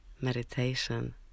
Meditation